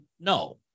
no